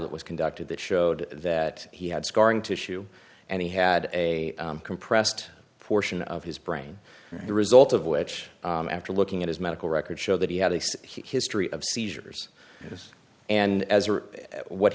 that was conducted that showed that he had scarring tissue and he had a compressed portion of his brain the result of which after looking at his medical records show that he had a history of seizures and as